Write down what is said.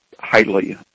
Highly